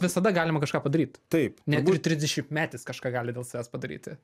visada galima kažką padaryt taip net ir trisdešimtmetis kažką gali dėl savęs padaryti